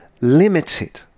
limited